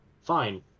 Fine